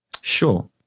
Sure